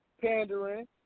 pandering